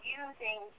using